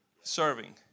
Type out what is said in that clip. Serving